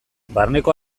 barneko